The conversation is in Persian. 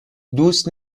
دوست